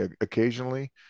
occasionally